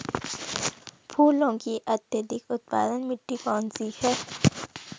फूलों की अत्यधिक उत्पादन मिट्टी कौन सी है?